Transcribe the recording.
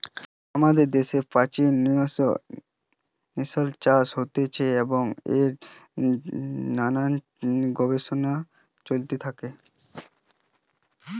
আমাদের দ্যাশে প্রাচীন কাল নু সিল্ক চাষ হতিছে এবং এর জিনে নানান গবেষণা চলতে থাকি